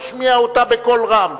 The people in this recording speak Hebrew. נשמיע אותה בקול רם.